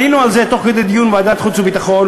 עלינו על זה בדיון בוועדת החוץ והביטחון,